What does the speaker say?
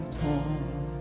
torn